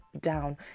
down